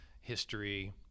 history